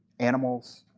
animals,